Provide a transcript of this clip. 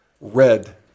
red